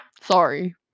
sorry